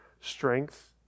strength